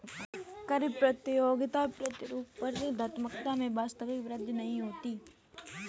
कर प्रतियोगिता प्रतिस्पर्धात्मकता में वास्तविक वृद्धि नहीं है